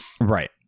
Right